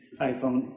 iPhone